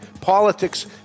politics